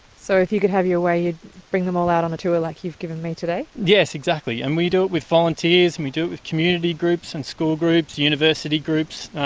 so if you could have your way you'd bring them all out on a tour like you've given me today? yes, exactly, and we do it with volunteers and we do it with community groups and school groups, university groups,